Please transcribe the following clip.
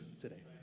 today